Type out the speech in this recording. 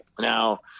now